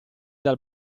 dal